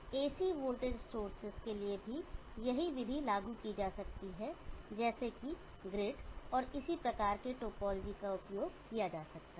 AC voltage स्रोतों के लिए भी यही विधि लागू की जा सकती है जैसे कि ग्रिड और इसी प्रकार के टोपोलॉजी का उपयोग किया जा सकता है